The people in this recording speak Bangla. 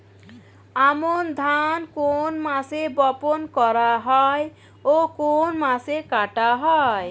আমন ধান কোন মাসে বপন করা হয় ও কোন মাসে কাটা হয়?